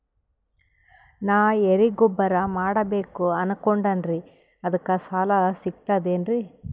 ನಾ ಎರಿಗೊಬ್ಬರ ಮಾಡಬೇಕು ಅನಕೊಂಡಿನ್ರಿ ಅದಕ ಸಾಲಾ ಸಿಗ್ತದೇನ್ರಿ?